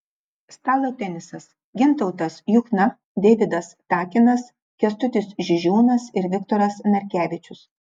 stalo tenisas gintautas juchna deividas takinas kęstutis žižiūnas ir viktoras narkevičius